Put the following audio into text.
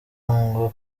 ngo